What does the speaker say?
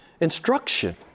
instruction